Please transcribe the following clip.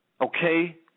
Okay